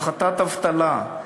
הפחתת אבטלה,